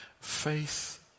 faith